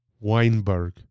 Weinberg